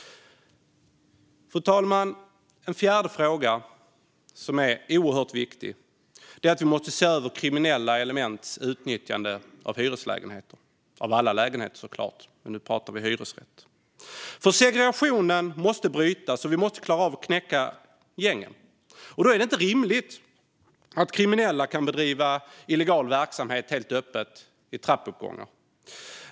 Fru talman! En fjärde fråga, som är oerhört viktig, är att vi måste se över kriminella elements utnyttjande av hyreslägenheter. Det gäller såklart alla lägenheter, men nu handlar det om hyresrätter. Segregationen måste brytas, och vi måste klara av att knäcka gängen. Då är det inte rimligt att kriminella kan bedriva illegal verksamhet helt öppet i trappuppgångar.